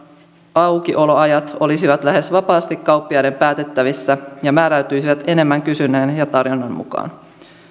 aukioloajat olisivat lähes vapaasti kauppiaiden päätettävissä ja määräytyisivät enemmän kysynnän ja tarjonnan mukaan